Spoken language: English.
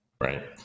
right